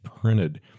printed